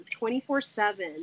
24-7